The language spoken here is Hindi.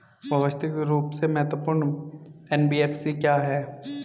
व्यवस्थित रूप से महत्वपूर्ण एन.बी.एफ.सी क्या हैं?